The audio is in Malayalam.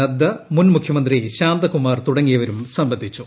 നദ്ദ മുൻ മുഖ്യമന്ത്രി ശാന്തകുമാർ തുടങ്ങിയവരും സംബന്ധിച്ചു